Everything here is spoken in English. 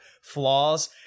flaws